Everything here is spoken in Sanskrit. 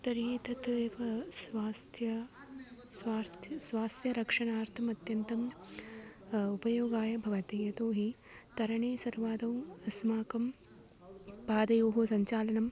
तर्हि तत् एव स्वास्थ्यंथं स्वार् स्वास्थ्यरक्षणार्थम् अत्यन्तम् उपयोगाय भवति यतो हि तरणे सर्वादौ अस्माकं पादयोः सञ्चालनं